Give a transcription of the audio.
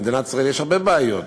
למדינת ישראל יש הרבה בעיות.